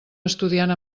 estudiant